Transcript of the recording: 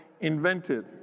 invented